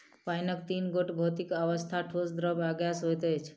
पाइनक तीन गोट भौतिक अवस्था, ठोस, द्रव्य आ गैस होइत अछि